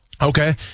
Okay